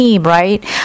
Right